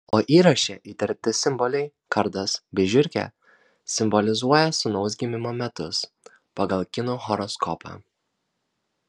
o įraše įterpti simboliai kardas bei žiurkė simbolizuoja sūnaus gimimo metus pagal kinų horoskopą